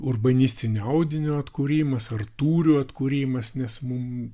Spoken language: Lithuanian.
urbanistinio audinio atkūrimas ar tūrių atkūrimas nes mum